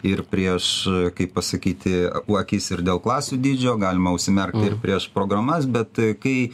ir prieš kaip pasakyti akis ir dėl klasių dydžio galima užsimerkti prieš programas bet kai